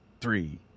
three